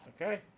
Okay